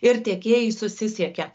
ir tiekėjai susisiekia